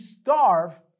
starve